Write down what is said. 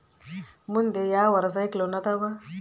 ಮುಂದೆ ಯಾವರ ಸೈಕ್ಲೋನ್ ಅದಾವ?